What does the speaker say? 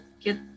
get